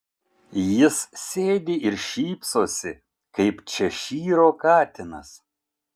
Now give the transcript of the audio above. jis sėdi ir šypsosi kaip češyro katinas